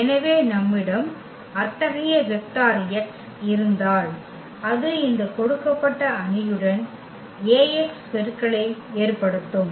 எனவே நம்மிடம் அத்தகைய வெக்டர் x இருந்தால் அது இந்த கொடுக்கப்பட்ட அணியுடன் Ax பெருக்கலை ஏற்படுத்தும்